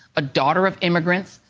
a daughter of immigrants,